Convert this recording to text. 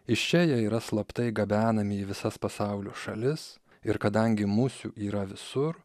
iš čia jie yra slaptai gabenami į visas pasaulio šalis ir kadangi musių yra visur